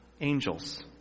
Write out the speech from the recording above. angels